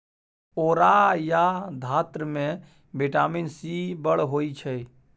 औरा या धातृ मे बिटामिन सी बड़ होइ छै